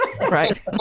Right